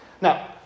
Now